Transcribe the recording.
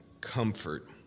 comfort